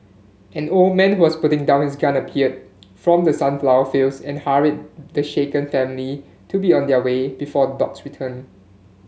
an old man who was putting down his gun appeared from the sunflower fields and hurried the shaken family to be on their way before dogs return